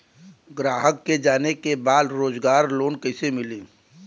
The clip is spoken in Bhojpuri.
ग्राहक के जाने के बा रोजगार लोन कईसे मिली?